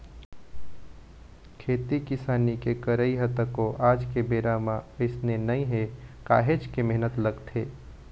खेती किसानी के करई ह तको आज के बेरा म अइसने नइ हे काहेच के मेहनत लगथे